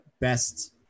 best